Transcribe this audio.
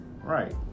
Right